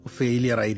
failure